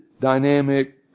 dynamic